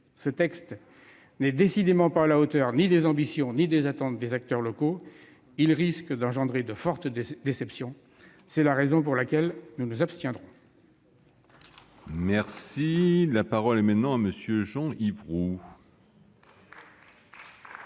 Ce texte n'est décidément à la hauteur ni des ambitions ni des attentes des acteurs locaux. Il risque d'engendrer de fortes déceptions. C'est la raison pour laquelle nous nous abstiendrons. La parole est à M. Jean-Yves